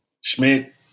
Schmidt